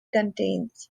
contains